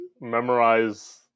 memorize